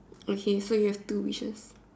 okay so you have two wishes